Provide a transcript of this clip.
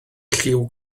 lliw